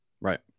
right